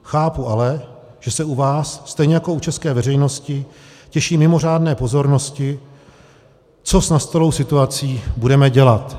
Chápu ale, že se u vás, stejně jako u české veřejnosti, těší mimořádné pozornosti, co s nastalou situací budeme dělat.